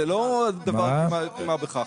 זה לא דבר של מה בכך.